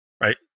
right